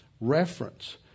reference